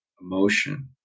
emotion